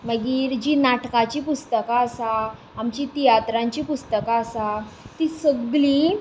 मागीर जीं नाटकाचीं पुस्तकां आसा आमचीं तियात्रांचीं पुस्तकां आसा तीं सगलीं